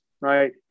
Right